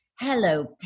Hello